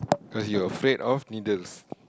cause you afraid of needles